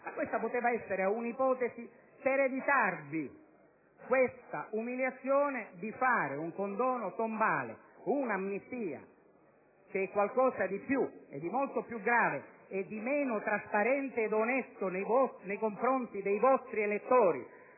Questa poteva essere un'ipotesi per evitarvi l'umiliazione di fare un condono tombale ed un'amnistia, che è qualcosa di più, molto più grave e meno trasparente ed onesto nei confronti dei vostri elettori,